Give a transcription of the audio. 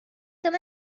come